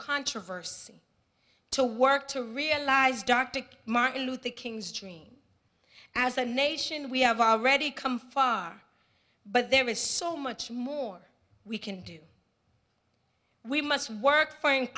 controversy to work to realize dr martin luther king's dream as a nation we have already come far but there is so much more we can do we must work f